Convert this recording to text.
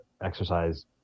exercise